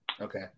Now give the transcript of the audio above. Okay